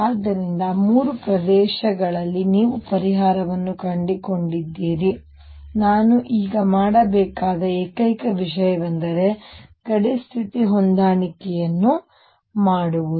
ಆದ್ದರಿಂದ ಮೂರು ಪ್ರದೇಶಗಳಲ್ಲಿ ನೀವು ಪರಿಹಾರವನ್ನು ಕಂಡುಕೊಂಡಿದ್ದೀರಿ ನಾನು ಈಗ ಮಾಡಬೇಕಾದ ಏಕೈಕ ವಿಷಯವೆಂದರೆ ಗಡಿ ಸ್ಥಿತಿ ಹೊಂದಾಣಿಕೆಯನ್ನು ಮಾಡುವುದು